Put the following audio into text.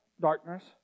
darkness